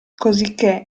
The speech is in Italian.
cosicché